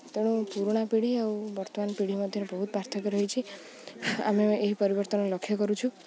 ତେଣୁ ପୁରୁଣା ପିଢ଼ି ଆଉ ବର୍ତ୍ତମାନ ପିଢ଼ି ମଧ୍ୟରେ ବହୁତ ପାର୍ଥକ୍ୟ ରହିଛି ଆମେ ଏହି ପରିବର୍ତ୍ତନ ଲକ୍ଷ୍ୟ କରୁଛୁ